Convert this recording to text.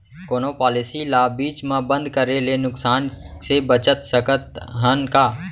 कोनो पॉलिसी ला बीच मा बंद करे ले नुकसान से बचत सकत हन का?